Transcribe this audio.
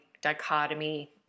dichotomy